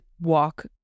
walk